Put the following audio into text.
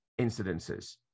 incidences